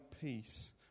peace